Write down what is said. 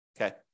okay